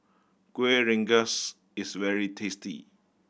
Kueh Rengas is very tasty